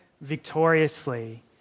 victoriously